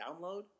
download